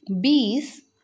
bees